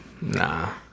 Nah